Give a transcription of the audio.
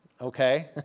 okay